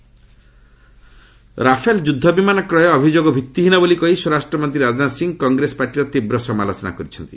Rafale deal Rajnath Rafale ଯୁଦ୍ଧବିମାନ କ୍ରୟ ଅଭିଯୋଗ ଭିତ୍ତିହୀନ ବୋଲି କହି ସ୍ୱରାଷ୍ଟ୍ରମନ୍ତ୍ରୀ ରାଜନାଥ ସିଂହ କଂଗ୍ରେସ ପାର୍ଟିର ତୀବ୍ର ସମାଲୋଚନା କରିଛନ୍ତି